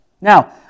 Now